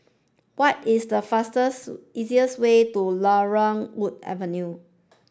what is the fastest easiest way to Laurel Wood Avenue